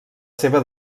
seva